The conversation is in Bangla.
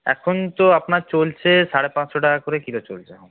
এখন তো আপনার চলছে সাড়ে পাঁচশো টাকা করে কিলো চলছে এখন